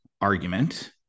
argument